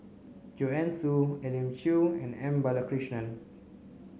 Joanne Soo Elim Chew and M Balakrishnan